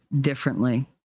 differently